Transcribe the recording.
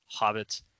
hobbits